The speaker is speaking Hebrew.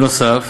נוסף